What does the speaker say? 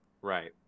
Right